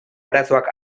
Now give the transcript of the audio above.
arazoak